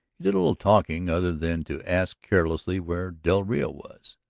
he did little talking other than to ask carelessly where del rio was.